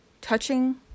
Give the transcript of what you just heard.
Touching